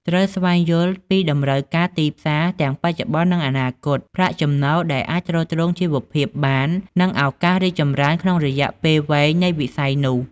ត្រូវស្វែងយល់ពីតម្រូវការទីផ្សារទាំងបច្ចុប្បន្ននិងអនាគត ប្រាក់ចំណូលដែលអាចទ្រទ្រង់ជីវភាពបាន និងឱកាសរីកចម្រើនក្នុងរយៈពេលវែងនៃវិស័យនោះ។